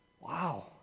Wow